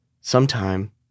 sometime